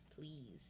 please